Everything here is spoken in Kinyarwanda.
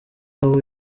aho